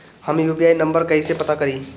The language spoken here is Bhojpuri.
हम यू.पी.आई नंबर कइसे पता करी?